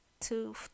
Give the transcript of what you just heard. two